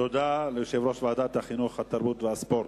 תודה ליושב-ראש ועדת החינוך, התרבות והספורט.